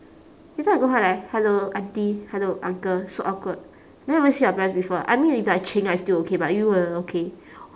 later I go home I like hello auntie hello uncle so awkward then I never see your parents before I mean if like ching I still okay but you I not okay